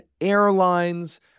airlines